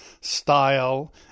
style